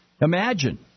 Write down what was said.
Imagine